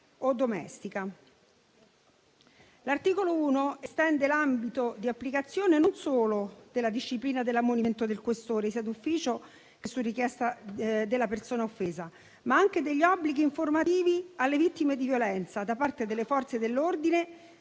o domestica. L'articolo 1 estende l'ambito di applicazione non solo della disciplina dell'ammonimento del questore, sia d'ufficio sia su richiesta della persona offesa, ma anche degli obblighi informativi alle vittime di violenza da parte delle Forze dell'ordine,